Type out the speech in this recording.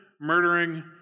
murdering